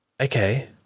Okay